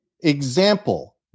example